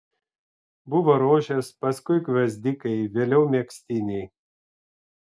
buvo rožės paskui gvazdikai vėliau megztiniai